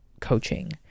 coaching